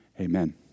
Amen